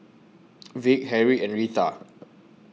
Vick Harrie and Retha